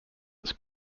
its